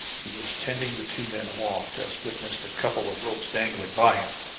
he was tending the two men aloft, as witnessed a couple of ropes dangling by him.